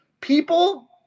People